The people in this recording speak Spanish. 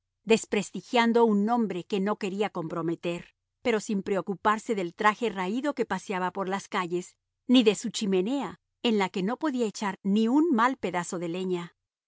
desprestigiando un nombre que no quería comprometer pero sin preocuparse del traje raído que paseaba por las calles ni de su chimenea en la que no podía echar ni un mal pedazo de leña